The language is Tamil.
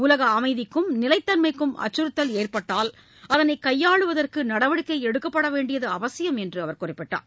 உலக அமைதிக்கும் நிலைத்தன்மைக்கும் அச்சுறுத்தல் ஏற்பட்டால் அதனை கையாளுவதற்கு நடவடிக்கை எடுக்கப்பட வேண்டியது அவசியம் என்று அவர் குறிப்பிட்டார்